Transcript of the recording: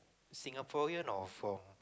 Singaporean or from